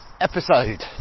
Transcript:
episode